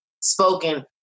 spoken